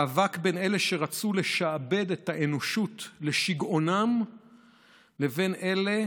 מאבק בין אלה שרצו לשעבד את האנושות לשיגעונם לבין אלה